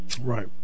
Right